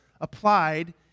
applied